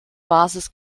basis